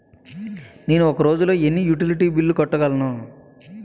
నేను ఒక రోజుల్లో ఎన్ని యుటిలిటీ బిల్లు కట్టగలను?